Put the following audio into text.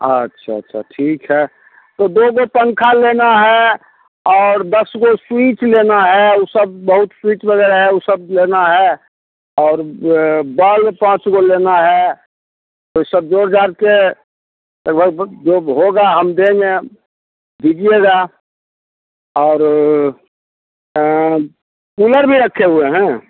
अच्छा अच्छा ठीक है तो दो दो पंखा लेना है और दस गो स्वीच लेना है वो सब बहुत स्विच वगैरह है वो सब लेना है और बल्ब पाँच गो लेना है तो ये सब जोड़ जाड़ कर लगभग जो होगा हम देंगे दीजिएगा और कूलर भी रखे हुए हैं